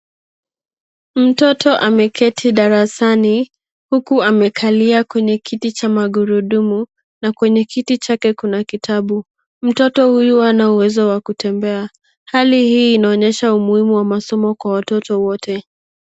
Mtoto ameketi darasani uku amekalia kwenye kiti cha magurudumu na kwenye kiti chake kuna kitabu. Mtoto huyu hana uwezo wa kutembea. Hali hii inaonyesha umuhimu wa masomo kwa watoto wote.